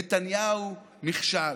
נתניהו נכשל,